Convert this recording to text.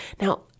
Now